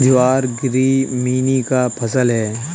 ज्वार ग्रैमीनी का फसल है